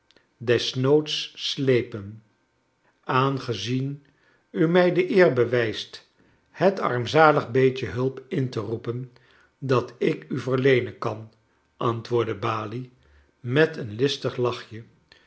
desnoods sleepen aangezien u mij de eer bewijst het armzalig beetje hulp in te roepen dat ik u verleenen kan antwoordde balie met een listig lachje